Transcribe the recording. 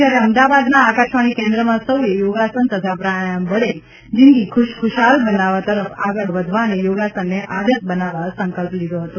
જયારે અમદાવાદના આકાશવાણી કેન્દ્રમાં સૌએ યોગાસન તથા પ્રાણાયામ વડે જિંદગી ખુશખુસાલ બનાવવા તરફ આગળ વધવા અને યોગાસનને આદત બનાવવા સંકલ્પ લીધો હતો